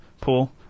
pool